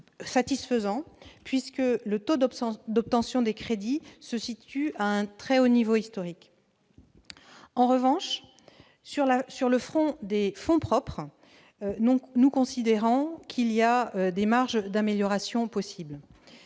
satisfaisant, puisque le taux d'obtention des crédits se situe à un très haut niveau historique. En revanche, sur le front des fonds propres, nous considérons qu'il existe des marges d'amélioration, en